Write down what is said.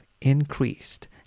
increased